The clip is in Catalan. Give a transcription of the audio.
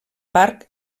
parc